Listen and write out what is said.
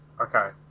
Okay